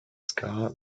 ska